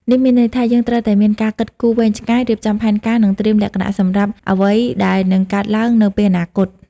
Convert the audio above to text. នេះមានន័យថា យើងត្រូវតែមានការគិតគូរវែងឆ្ងាយ រៀបចំផែនការ និងត្រៀមលក្ខណសម្រាប់អ្វីដែលនឹងកើតឡើងនៅពេលអនាគត។